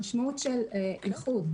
המשמעות של איחוד,